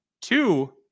two